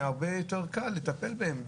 שהרבה יותר קל לטפל בהם,